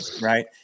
right